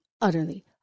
utterly